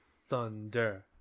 thunder